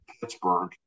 Pittsburgh